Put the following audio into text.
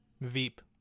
veep